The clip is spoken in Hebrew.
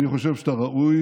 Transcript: אני חושב שאתה ראוי